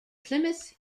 plymouth